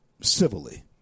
civilly